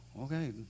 okay